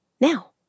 now